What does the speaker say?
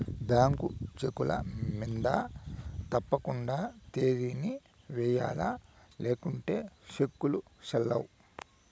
bank చెక్కుల మింద తప్పకండా తేదీని ఎయ్యల్ల లేకుంటే సెక్కులు సెల్లవ్